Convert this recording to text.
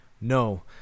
No